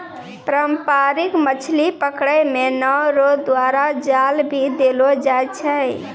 पारंपरिक मछली पकड़ै मे नांव रो द्वारा जाल भी देलो जाय छै